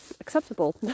acceptable